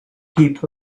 heap